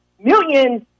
millions